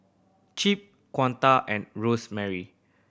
Chip Kunta and Rosemary